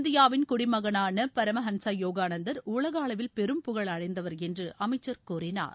இந்தியாவின் குடி மகனாள பரமஹம்ச யோகானந்தர் உலக அளவில் பெரும் புகழ் அடைந்தவர் என்று அமைச்சர் கூறினார்